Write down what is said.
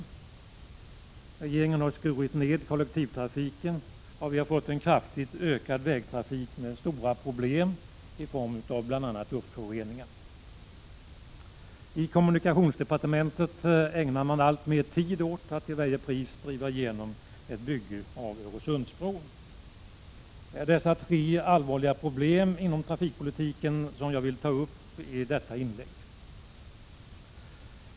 Regeringen har skurit ned kollektivtrafiken, och vi har fått en kraftigt ökad vägtrafik med stora problem i form av bl.a. luftföroreningar. I kommunikationsdepartementet ägnar man alltmer tid åt att till varje pris driva igenom ett bygge av Öresundsbron. Det är dessa tre allvarliga problem inom trafikpolitiken som jag vill ta uppi detta inlägg.